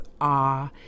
awe